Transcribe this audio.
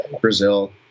Brazil